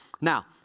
Now